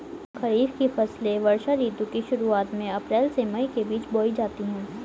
खरीफ की फसलें वर्षा ऋतु की शुरुआत में अप्रैल से मई के बीच बोई जाती हैं